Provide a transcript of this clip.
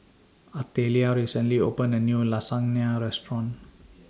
Artelia recently opened A New Lasagna Restaurant